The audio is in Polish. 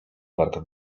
warto